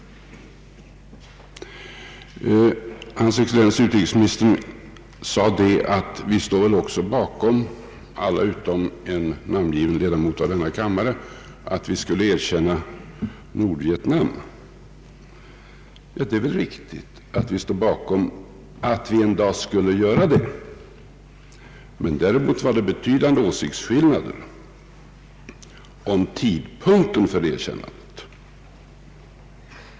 Hans excellens utrikesministern nämnde att vi alla — utom en viss namngiven ledamot i denna kammare — skulle stå bakom erkännandet av Nordvietnam. Det är väl riktigt att vi står bakom att Sverige en dag skall göra det. Däremot var det betydande åsiktsskillnader om tidpunkten för erkännandet.